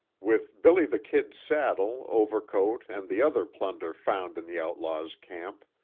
with billy the kid's saddle, overcoat and the other plunder found in the outlaws' camp,